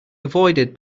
avoided